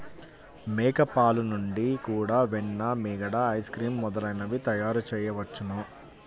మేక పాలు నుండి కూడా వెన్న, మీగడ, ఐస్ క్రీమ్ మొదలైనవి తయారుచేయవచ్చును